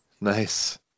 nice